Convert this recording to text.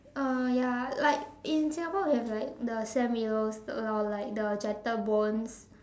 oh ya like in Singapore we have like The Sam Willows or like like the Gentle Bones